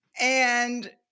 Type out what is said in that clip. And-